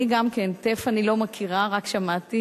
אני גם כן לא מכירה טף, רק שמעתי.